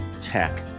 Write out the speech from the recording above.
tech